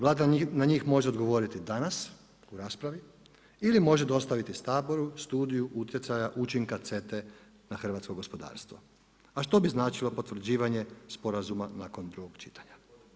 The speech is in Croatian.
Vlada na njih može odgovoriti danas u raspravi ili može dostaviti Saboru studiju utjecaja učinka CETA-e na hrvatsko gospodarstvo, a što bi značilo potvrđivanje sporazuma nakon drugog čitanja.